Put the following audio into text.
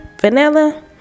Vanilla